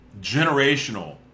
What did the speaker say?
generational